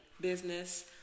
business